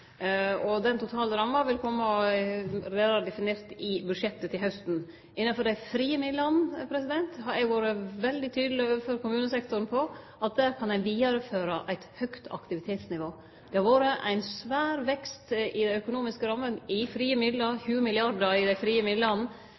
Den totale ramma vil verte nærare definert i budsjettet til hausten. Innanfor dei frie midlane kan ein – det har eg vore veldig tydeleg på overfor kommunesektoren – vidareføre eit høgt aktivitetsnivå. Det har vore ein svær vekst i dei økonomiske rammene når det gjeld frie midlar – 20 mrd. kr i frie